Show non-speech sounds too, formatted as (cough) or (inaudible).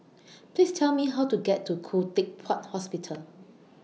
(noise) Please Tell Me How to get to Khoo Teck Puat Hospital